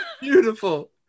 beautiful